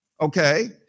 Okay